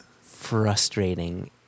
frustrating